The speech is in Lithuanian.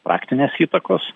praktinės įtakos